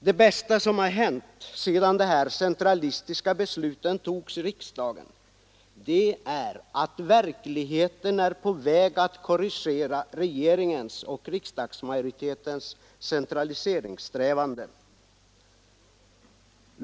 Det bästa som har hänt sedan de här centralistiska besluten fattades i riksdagen är att verkligheten är på väg att korrigera regeringens och riksdagsmajoritetens centraliseringssträvanden.